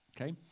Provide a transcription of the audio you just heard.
Okay